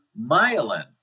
myelin